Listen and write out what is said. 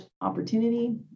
opportunity